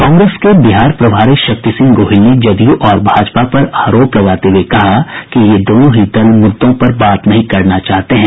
कांग्रेस के बिहार प्रभारी शक्ति सिंह गोहिल ने जदयू और भाजपा पर आरोप लगाते हुए कहा कि ये दोनों ही दल मुद्दों पर बात नहीं करना चाहते हैं